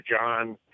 John